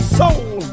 soul